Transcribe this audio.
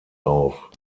auf